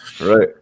right